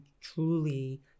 truly